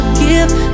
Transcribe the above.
give